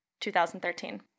2013